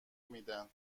میدن